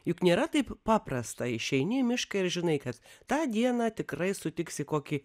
juk nėra taip paprasta išeini į mišką ir žinai kad tą dieną tikrai sutiksi kokį